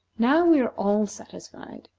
now we are all satisfied.